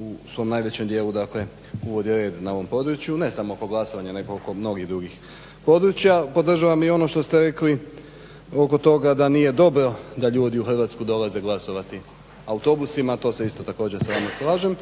u svom najvećem dijelu, dakle uvodi red na ovom području ne samo oko glasovanja, nego oko mnogih drugih područja. Podržavam i ono što ste rekli oko toga da nije dobro da ljudi u Hrvatsku dolaze glasovati autobusima. To se isto također sa vama slažem.